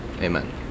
Amen